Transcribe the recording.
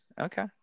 Okay